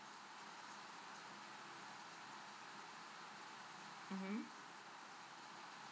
mmhmm